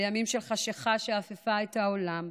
בימים שחשכה אפפה את העולם,